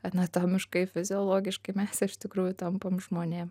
anatomiškai fiziologiškai mes iš tikrųjų tampam žmonėm